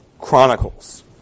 Chronicles